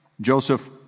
Joseph